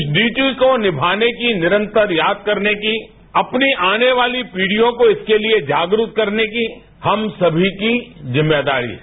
इस डयूटी को निमाने की निरंतर याद करने की अपनी आने वाली पीढियों को इसके लिए जागरुक करने की हम सभी की जिम्मेदारी है